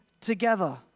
together